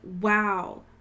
wow